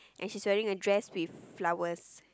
and she's wearing a dress with flowers